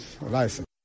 license